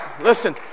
Listen